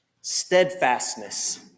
Steadfastness